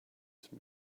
some